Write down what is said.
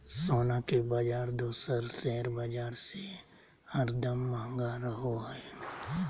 सोना के बाजार दोसर शेयर बाजार से हरदम महंगा रहो हय